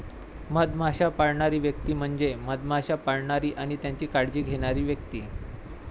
मधमाश्या पाळणारी व्यक्ती म्हणजे मधमाश्या पाळणारी आणि त्यांची काळजी घेणारी व्यक्ती